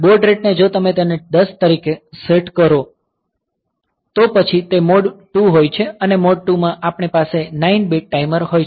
baud રેટને જો તમે તેને 10 તરીકે સેટ કરો તો પછી તે મોડ 2 હોય છે અને મોડ 2 માં આપણી પાસે તે 9 બીટ ટાઈમર હોય છે